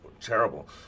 terrible